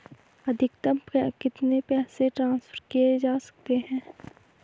अधिकतम कितने पैसे ट्रांसफर किये जा सकते हैं?